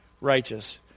righteous